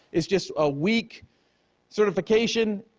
is just a weak certification.